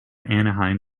anaheim